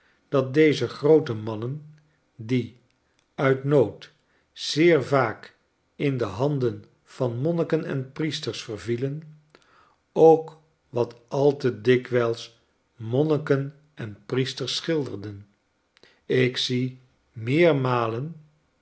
dat dezegrootemannen die uit nood zeer vaak in de handen van monniken en priesters vervielen ook wat al te dikwijls monniken en priesters schilderden ik zie